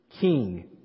king